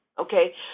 Okay